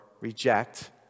reject